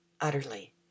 utterly